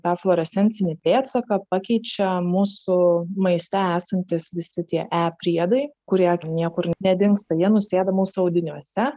tą fluorescencinį pėdsaką pakeičia mūsų maiste esantys visi tie e priedai kurie niekur nedingsta jie nusėda mūsų audiniuose